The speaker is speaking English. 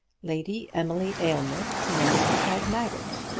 lady emily aylmer, nee tagmaggert.